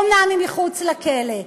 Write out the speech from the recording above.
אומנם היא מחוץ לכלא.